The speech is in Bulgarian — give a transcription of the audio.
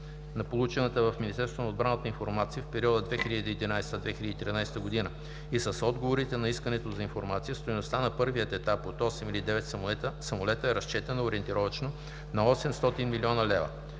на получената в Министерството на отбраната информация в периода 2011 – 2013 г. и с отговорите на Искането на информация (RFI), стойността на първия етап от 8 или 9 самолета е разчетена ориентировъчно на 800 млн. лв.